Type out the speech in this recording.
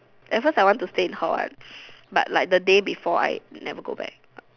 at first I want to stay in hall one but like the day before I never go back